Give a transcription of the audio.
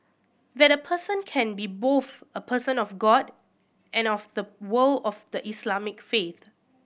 that a person can be both a person of God and of the world of the Islamic faith